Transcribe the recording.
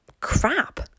crap